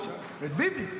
את ביבי,